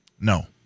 No